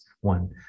one